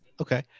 Okay